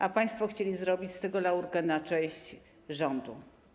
A państwo chcieli zrobić z tego laurkę na cześć rządu.